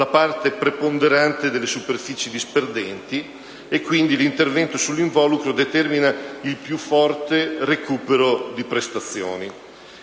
la parte preponderante delle superfici disperdenti, l'intervento sull'involucro determina il più forte recupero di prestazioni.